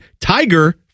Tiger